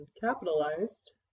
capitalized